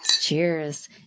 cheers